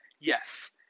yes